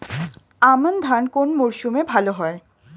আমন ধান কোন মরশুমে ভাল হয়?